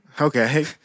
Okay